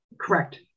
correct